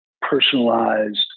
personalized